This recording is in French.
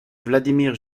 vladimir